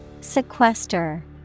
Sequester